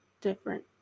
different